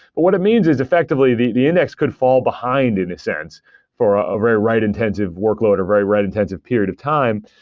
but what it means is, effectively, the the index could fall behind in a sense for a a very write-intensive workload or a very write-intensive period of time,